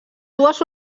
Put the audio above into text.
dues